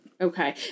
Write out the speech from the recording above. Okay